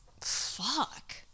fuck